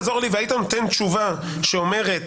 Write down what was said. והיית נותן לי תשובה שאומרת,